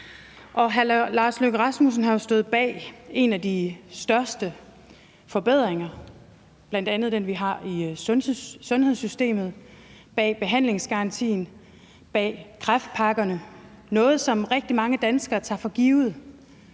Hr. Lars Løkke Rasmussen har jo stået bag nogle af de største forbedringer, bl.a. den, vi har i sundhedssystemet, bag behandlingsgarantien, bag kræftpakkerne – noget, som rigtig mange danskere tager for givet,